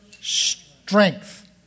strength